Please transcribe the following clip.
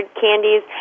candies